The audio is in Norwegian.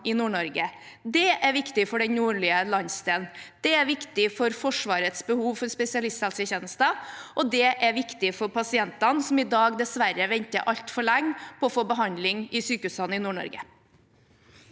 i Nord-Norge. Det er viktig for den nordlige landsdelen, det er viktig for Forsvarets behov for spesialisthelsetjenester, og det er viktig for pasientene som i dag dessverre venter altfor lenge på å få behandling i sykehusene i Nord-Norge.